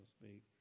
speak